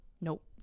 nope